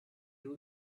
two